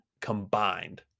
combined